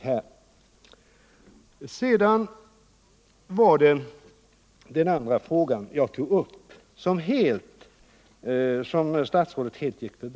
Herr statsrådet gick också helt förbi den andra frågan som jag tog upp.